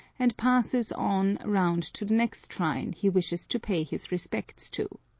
and passes on round to the next shrine he wishes to pay his respects to.